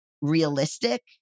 realistic